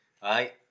Hi